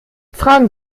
fragen